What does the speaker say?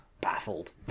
baffled